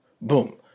Boom